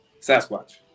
Sasquatch